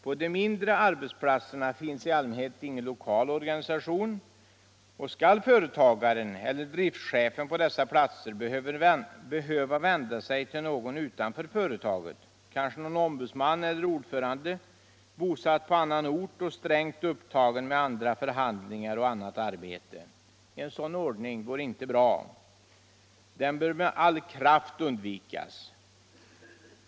På de mindre arbetsplatserna finns i allmänhet ingen lokalorganisation. Skall företagaren eller driftehefen på dessa platser behöva vända sig till någon utanför företaget? Kanske någon ombudsman eller ordförande, bosatt på annan ort och strängt upptagen med andra förhandlingar och annat arbete? En sådan ordning vore inte bra. Den bör med all kraft undvikas.